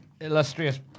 illustrious